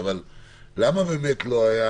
למה באמת לא היה